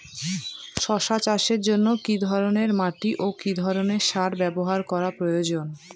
শশা চাষের জন্য কি ধরণের মাটি ও কি ধরণের সার ব্যাবহার করা প্রয়োজন?